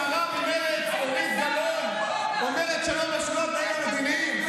השרה ממרצ אורית גלאון אומרת שלא בשלו התנאים המדיניים?